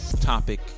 topic